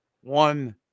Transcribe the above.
one